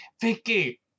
Vicky